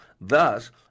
thus